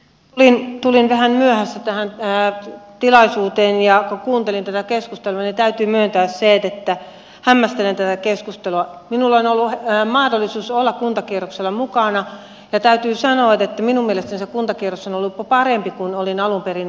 leinonen tuli vähän myöhässä tähän tilaisuuteen ja kuuntelin tänä keskusteluja täytyy myöntää siedettä hämmästelentää keskustelua niin olen ollut hieman eli siis olla kuntakierroksella mukana ja täytyy sanoa että minulle lisää kuntakierros on ollut parempi kuin olin alun perin